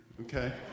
Okay